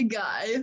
guy